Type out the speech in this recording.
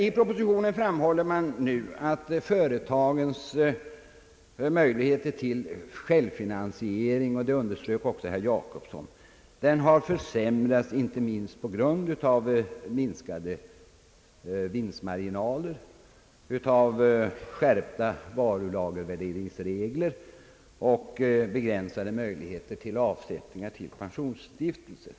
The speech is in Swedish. I propositionen framhåller man — och det underströk även herr Jacobsson att företagens möjligheter till självfinansiering har försämrats inte minst genom minskade vinstmarginaler, skärpta varulagervärderingsregler och begränsade möjligheter att göra avsättningar till pensionsstiftelser.